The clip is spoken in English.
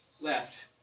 left